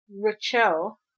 Rachel